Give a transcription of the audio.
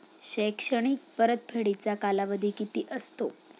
शैक्षणिक परतफेडीचा कालावधी किती असतो?